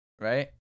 right